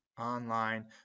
online